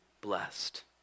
blessed